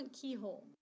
keyhole